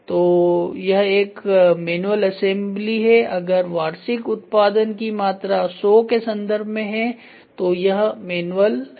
तो यह एक मैनुअल असेंबली हैअगर वार्षिक उत्पादन की मात्रा 100 के संदर्भ में है तो यह मैनुअल है